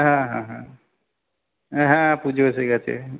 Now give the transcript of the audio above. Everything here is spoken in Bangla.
হ্যাঁ হ্যাঁ হ্যাঁ হ্যাঁ পুজো এসে গেছে